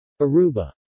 Aruba